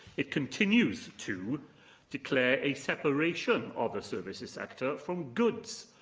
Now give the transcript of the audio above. it continues to declare a separation of the services sector from goods,